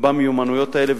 במיומנויות האלה.